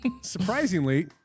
surprisingly